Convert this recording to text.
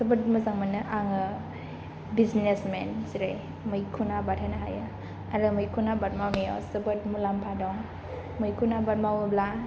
जोबोद मोजां मोनो आङो बिजनेसमेन जेरै मैखुन आबाद होनो हायो आरो मैखुन आबाद मावनायाव जोबोद मुलाम्फा दं मैखुन आबाद मावोब्ला